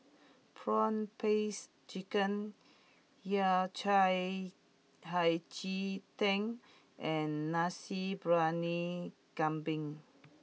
Prawn Paste Chicken Yao Cai Hei Ji Tang and Nasi Briyani Kambing